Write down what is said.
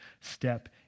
step